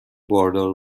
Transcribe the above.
باردار